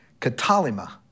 Katalima